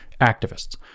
Activists